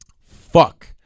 fuck